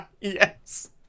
Yes